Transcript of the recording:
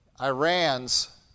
Iran's